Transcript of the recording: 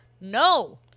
no